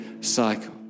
cycle